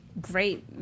great